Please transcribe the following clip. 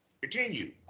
Continue